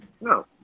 No